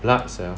blood cell